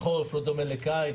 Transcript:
חורף לא דומה לקיץ,